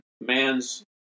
man's